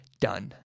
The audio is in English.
done